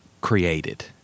created